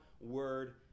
word